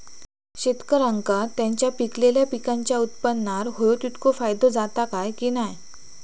शेतकऱ्यांका त्यांचा पिकयलेल्या पीकांच्या उत्पन्नार होयो तितको फायदो जाता काय की नाय?